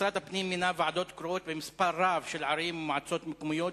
משרד הפנים מינה ועדות קרואות במספר רב של ערים ומועצות מקומיות,